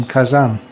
Kazan